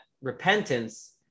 repentance